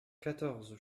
quatorze